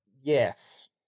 Yes